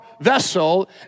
vessel